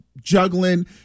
juggling